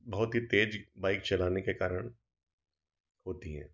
बहुत ही तेज बाइक़ चलाने के कारण होती हैं